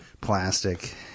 Plastic